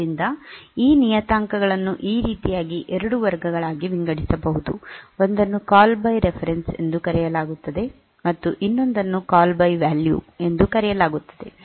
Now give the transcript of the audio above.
ಆದ್ದರಿಂದ ಈ ನಿಯತಾಂಕಗಳನ್ನು ಈ ರೀತಿಯಾಗಿ 2 ವರ್ಗಗಳಾಗಿ ವಿಂಗಡಿಸಬಹುದು ಒಂದನ್ನು ಕಾಲ್ ಬೈ ರೆಫರೆನ್ಸ್ ಎಂದು ಕರೆಯಲಾಗುತ್ತದೆ ಮತ್ತು ಇನ್ನೊಂದನ್ನು ಕಾಲ್ ಬೈ ವ್ಯಾಲ್ಯೂ ಎಂದು ಕರೆಯಲಾಗುತ್ತದೆ